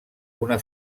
una